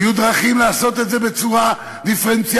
היו דרכים לעשות את זה בצורה דיפרנציאלית